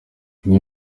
bimwe